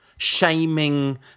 shaming